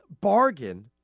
bargain